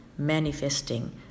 manifesting